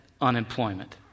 unemployment